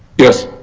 yes?